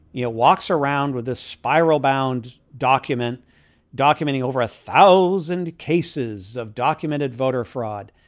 you know, walks around with a spiral bound document documenting over a thousand cases of documented voter fraud.